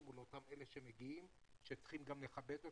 או לאותם אלה שמגיעים שצריכים גם לכבד אותם,